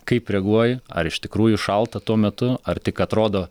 kaip reaguoji ar iš tikrųjų šalta tuo metu ar tik atrodo